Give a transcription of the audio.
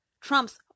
Trump's